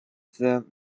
the